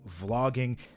vlogging